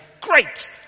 great